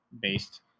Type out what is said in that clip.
based